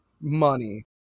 money